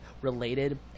related